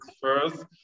first